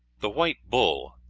the white bull,